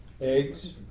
eggs